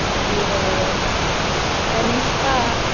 मागीर कनिश्का